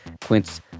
Quince